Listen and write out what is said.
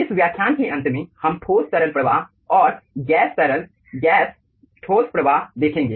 इस व्याख्यान के अंत में हम ठोस तरल प्रवाह और गैस तरल गैस ठोस प्रवाह देखेंगे